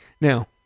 Now